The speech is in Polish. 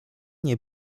nie